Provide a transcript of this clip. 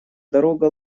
дорога